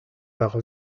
par